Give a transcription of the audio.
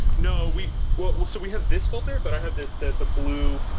no we, well well so we have this filtrate, but i have the blue,